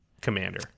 commander